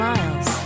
Miles